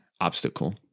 obstacle